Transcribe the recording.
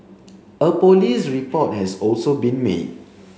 a police report has also been made